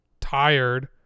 tired